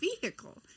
vehicle